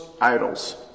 idols